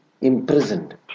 imprisoned